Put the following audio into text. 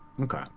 Okay